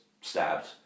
stabbed